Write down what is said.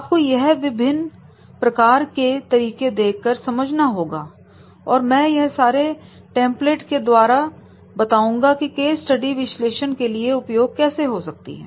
आपको यह सभी विभिन्न प्रकार के तरीके देखकर समझना होगा और मैं यह सारे टेंपलेट के द्वारा बताऊंगा कि केस स्टडी विश्लेषण के लिए उपयोग कैसे हो सकती है